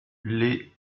les